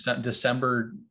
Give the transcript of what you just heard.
December